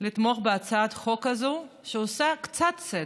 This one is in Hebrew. לתמוך בהצעת החוק הזאת, שעושה קצת צדק,